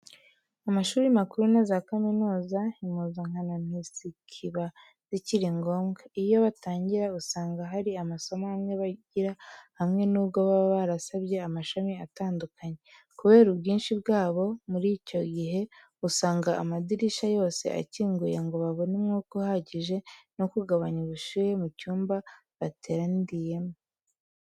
Amashuri makuru na za kaminuza, impuzankano ntizikiba zikiri ngombwa. Iyo batangira, usanga hari amasomo amwe bigira hamwe n'ubwo baba barasabye amashami atandukanye. Kubera ubwinshi bwabo muri icyo gihe, usanga amadirishya yose akinguye ngo babone umwuka uhagije no kugabanya ubushyuhe mu cyumba bateraniyemo.